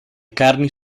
carni